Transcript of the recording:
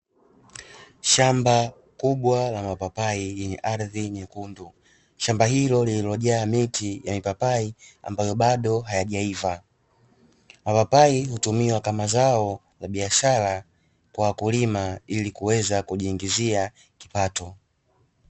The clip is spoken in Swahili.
Shamba kubwa la mapapai yenye ardhi nyekundu, shamba hilo lililojaa miti ya mipapai ambayo bado hayajaiva: mapapai hutumiwa kama zao la biashara kwa wakulima ili kuweza kujiingizia kipato.